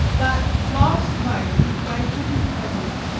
that last night he banqueted heavily,